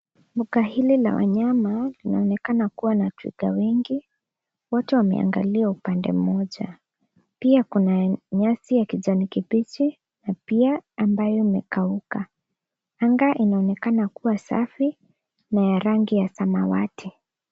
Mbuga hii ya wanyama inaonekana kuwa na twiga wengi. Wote wameangalia upande mmoja. Pia kuna nyasi ya kijani kibichi na pia ile ambayo imekauka. Anga inaonekana kuwa safi na ya rangi ya samawati.